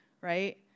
right